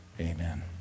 Amen